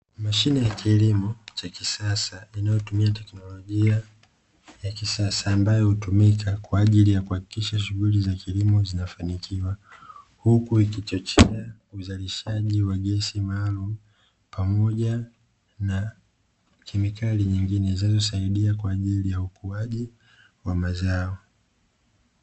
Mashine ya kilimo cha kisasa, inayotumia teknolojia ya kisasa, ambayo hutumika kwa ajili ya kuhakikisha shuguli za kilimo zinafanikiwa, huku ikichochea uzalishaji wa gesi maalumu, pamoja na kemikali nyingine zinazosaidia kwa ajili ya ukuaji wa mazao.